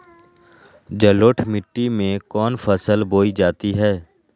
जलोढ़ मिट्टी में कौन फसल बोई जाती हैं?